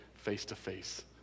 face-to-face